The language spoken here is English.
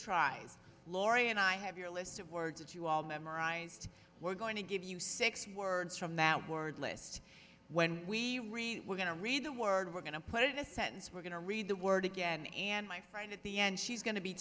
tries laurie and i have your list of words that you all memorized were going to give you six words from that word list when we were going to read the word we're going to put in a sentence we're going to read the word again and my friend at the end she's going to be